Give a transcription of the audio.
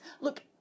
Look